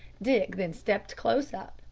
dick then stepped close up,